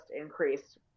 increased